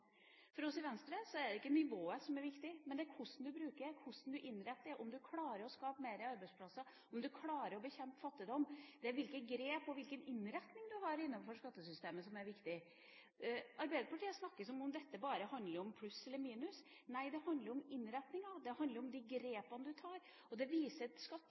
For oss i Venstre er det ikke nivået som er viktig, men hvordan du bruker det, hvordan du innretter det, om du klarer å skape flere arbeidsplasser, om du klarer å bekjempe fattigdom. Det er hvilke grep du tar og hvilken innretning du har innenfor skattesystemet, som er viktig. Arbeiderpartiet snakker som om dette bare handler om pluss eller minus. Nei, det handler om innretninga, og det handler om de grepene du tar, og det viser